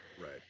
right